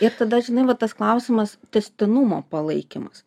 ir tada žinai va tas klausimas tęstinumo palaikymas